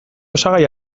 osagai